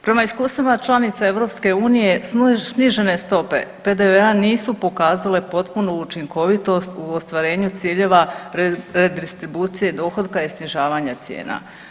Prema iskustvima članica EU snižene stope PDV-a nisu pokazale potpunu učinkovitost u ostvarenju ciljeva redistribucije dohotka i snižavanja cijena.